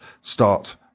start